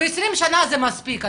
20 שנה זה מספיק.